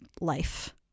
life